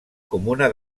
comuna